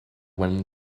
when